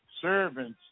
servants